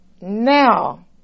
Now